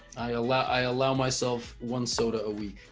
i allow i allow myself one soda a week